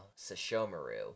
Sashomaru